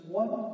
one